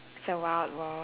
it's a wild world